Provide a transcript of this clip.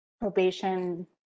probation